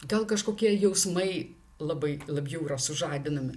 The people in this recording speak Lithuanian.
gal kažkokie jausmai labai labjau yra sužadinami